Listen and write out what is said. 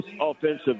offensive